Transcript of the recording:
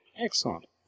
Excellent